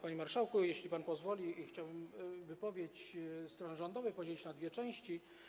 Panie marszałku, jeśli pan pozwoli chciałbym wypowiedź strony rządowej podzielić na dwie części.